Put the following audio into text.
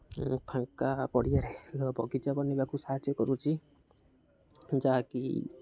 ଫାଙ୍କା ପଡ଼ିଆରେ ବଗିଚା ବନାଇବାକୁ ସାହାଯ୍ୟ କରୁଛି ଯାହାକି